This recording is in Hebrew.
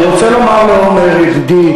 ואני רוצה לומר לעמר ידידי,